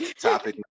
Topic